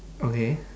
okay